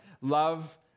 Love